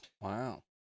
Wow